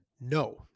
No